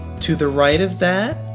to the right of that,